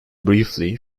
briefly